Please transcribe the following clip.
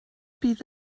bydd